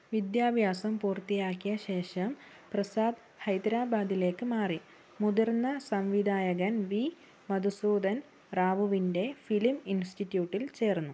വിദ്യാഭ്യാസം പൂർത്തിയാക്കിയ ശേഷം പ്രസാദ് ഹൈദരാബാദിലേക്ക് മാറി മുതിർന്ന സംവിധായകൻ വി മധുസൂധൻ റാവുവിൻ്റെ ഫിലിം ഇൻസ്റ്റിറ്റ്യൂട്ടിൽ ചേർന്നു